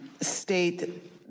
state